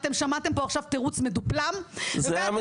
אתם שמעתם פה עכשיו תירוץ מדופלם --- בחרתם,